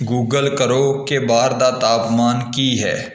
Google ਕਰੋ ਕਿ ਬਾਹਰ ਦਾ ਤਾਪਮਾਨ ਕੀ ਹੈ